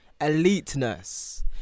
eliteness